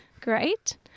Great